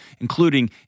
including